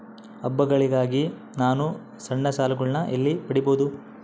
ಹಬ್ಬಗಳಿಗಾಗಿ ನಾನು ಸಣ್ಣ ಸಾಲಗಳನ್ನು ಎಲ್ಲಿ ಪಡಿಬಹುದು?